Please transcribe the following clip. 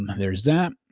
um there's that.